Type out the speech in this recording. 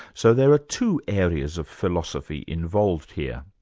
so there are two areas of philosophy involved here.